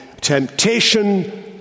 temptation